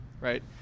Right